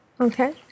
Okay